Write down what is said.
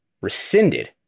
rescinded